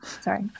Sorry